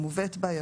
המובאת בה,